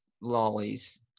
lollies